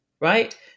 right